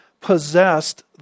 possessed